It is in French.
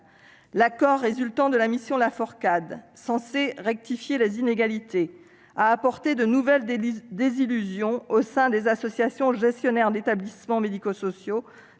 L'accord résultant de la mission Laforcade, censé corriger les inégalités, a provoqué de nouvelles désillusions au sein des associations gestionnaires d'établissements médico-sociaux